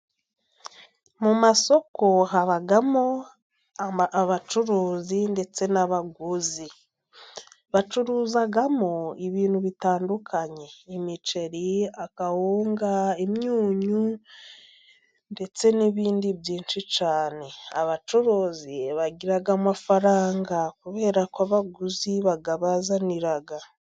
Mu masoko habamo abacuruzi ndetse n'abaguzi. Bacuruzamo ibintu bitandukanye， imiceri， akawunga， imyunyu， ndetse n'ibindi byinshi cyane. Abacuruzi bagira amafaranga， kubera ko abaguzi bayabazanira.